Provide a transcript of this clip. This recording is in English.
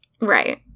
Right